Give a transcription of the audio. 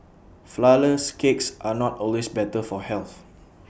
Flourless Cakes are not always better for health